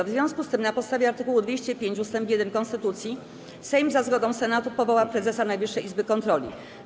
W związku z tym, na podstawie art. 205 ust. 1 konstytucji, Sejm za zgodą Senatu powoła prezesa Najwyższej Izby Kontroli.